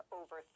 over